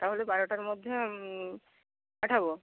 তাহলে বারোটার মধ্যে পাঠাবো